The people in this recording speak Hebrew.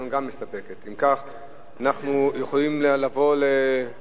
אנחנו יכולים לעבור לנושא האחרון לסדר-היום שהוא,